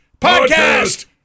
podcast